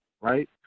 right